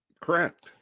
Correct